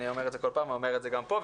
אני אומר את זה כל פעם ואומר את זה גם פה,